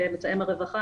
מתאם הרווחה,